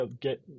get